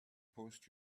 post